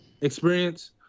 experience